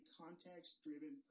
context-driven